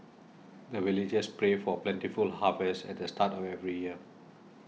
the villagers pray for plentiful harvest at the start of every year